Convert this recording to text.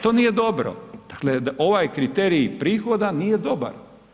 To nije dobro, dakle ovaj kriterij prihoda nije dobar.